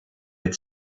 had